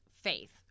faith